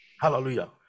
Hallelujah